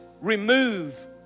remove